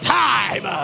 time